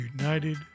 United